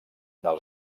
del